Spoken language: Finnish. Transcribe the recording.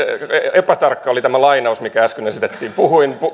epätarkka oli tämä lainaus mikä äsken esitettiin puhuin